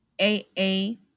A-A